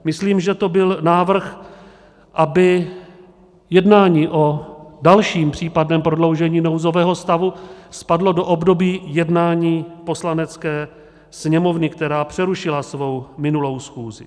Myslím, že to byl návrhy, aby jednání o dalším případném prodloužení nouzového stavu spadlo do období jednání Poslanecké sněmovny, která přerušila svoji minulou schůzi.